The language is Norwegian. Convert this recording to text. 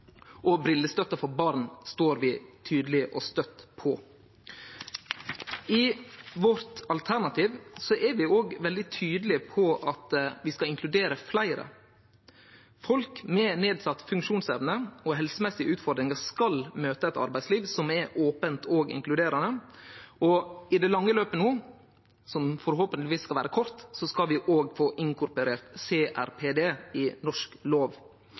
og brillestøtta for barn står vi tydeleg og støtt på. I vårt alternativ er vi veldig tydelege på at vi skal inkludere fleire. Folk med nedsett funksjonsevne og helsemessige utfordringar skal møte eit arbeidsliv som er opent og inkluderande. I det lange løpet, som forhåpentleg skal vere kort, skal vi òg få inkorporert CRPD i norsk lov.